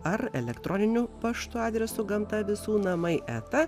ar elektroniniu paštu adresu gamta visų namai eta